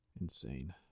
Insane